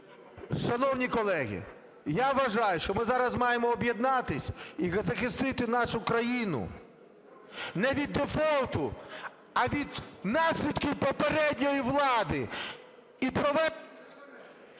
Шановні колеги, я вважаю, що ми зараз маємо об'єднатися і захистити нашу країну, не від дефолту, а від наслідків попередньої влади.